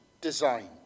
designed